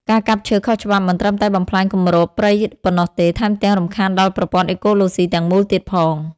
ការកាប់ឈើខុសច្បាប់មិនត្រឹមតែបំផ្លាញគម្របព្រៃប៉ុណ្ណោះទេ ថែមទាំងរំខានដល់ប្រព័ន្ធអេកូឡូស៊ីទាំងមូលទៀតផង។